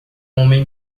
homem